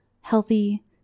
healthy